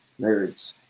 Nerds